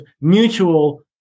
mutual